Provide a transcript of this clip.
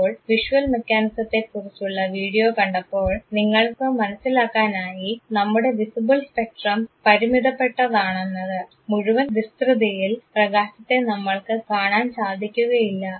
ഇപ്പോൾ വിഷ്വൽ മെക്കാനിസത്തെക്കുറിച്ചുള്ള വീഡിയോ കണ്ടപ്പോൾ നിങ്ങൾക്ക് മനസ്സിലാക്കാനായി നമ്മുടെ വിസിബിൾ സ്പെക്ട്രം പരിമിതപെട്ടതാണെന്നത് മുഴുവൻ വിസ്തൃതിയിൽ പ്രകാശത്തെ നമ്മൾക്ക് കാണാൻ സാധിക്കുകയില്ല